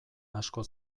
asko